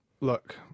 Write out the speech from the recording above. look